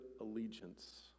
allegiance